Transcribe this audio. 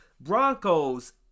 Broncos